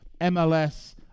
MLS